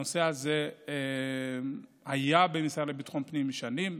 הנושא הזה היה במשרד לביטחון פנים שנים,